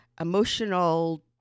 emotional